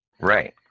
Right